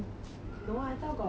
no I thought got both